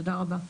תודה רבה.